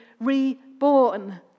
reborn